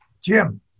Jim